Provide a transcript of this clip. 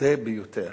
הבוטה ביותר